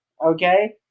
okay